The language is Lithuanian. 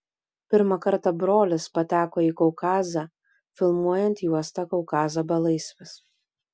pirmą kartą brolis pateko į kaukazą filmuojant juostą kaukazo belaisvis